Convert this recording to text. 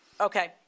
Okay